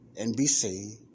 NBC